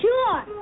Sure